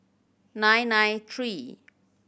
nine nine three